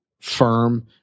firm